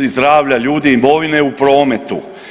i zdravlja ljudi, imovine u prometu.